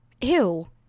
Ew